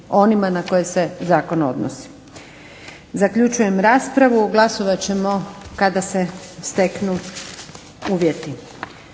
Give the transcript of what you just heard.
onima na koje se zakon odnosi. Zaključujem raspravu, glasovat ćemo kada se steknu uvjeti.